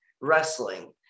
wrestling